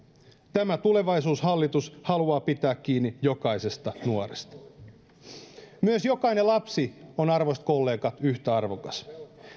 tämä tulevaisuushallitus haluaa pitää kiinni jokaisesta nuoresta jokainen lapsi on arvoisat kollegat yhtä arvokas